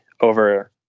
over